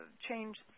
change